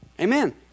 Amen